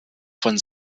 von